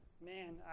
Man